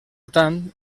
tant